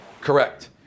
Correct